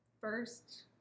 first